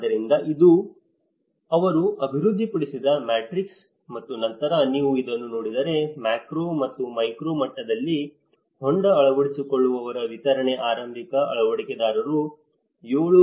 ಆದ್ದರಿಂದ ಇದು ಅವರು ಅಭಿವೃದ್ಧಿಪಡಿಸಿದ ಮ್ಯಾಟ್ರಿಕ್ಸ್ ಮತ್ತು ನಂತರ ನೀವು ಇದನ್ನು ನೋಡಿದರೆ ಮ್ಯಾಕ್ರೋ ಮತ್ತು ಮೈಕ್ರೋ ಮಟ್ಟದಲ್ಲಿ ಹೊಂಡ ಅಳವಡಿಸಿಕೊಳ್ಳುವವರ ವಿತರಣೆ ಆರಂಭಿಕ ಅಳವಡಿಕೆದಾರರು 7